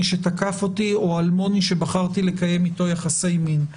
שתקף אותי או אלמוני שבחרתי לקיים אתו יחסי מין.